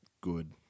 good